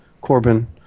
Corbin